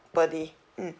per day mm